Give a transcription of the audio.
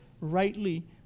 rightly